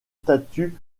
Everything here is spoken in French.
statues